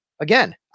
again